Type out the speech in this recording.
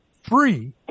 free